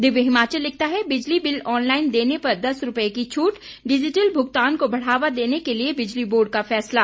दिव्य हिमाचल लिखता है बिजली बिल ऑनलाईन देने पर दस रुपये की छूट डिजिटल भुगतान को बढ़ावा देने के लिए बिजली बोर्ड का फैसला